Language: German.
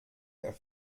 der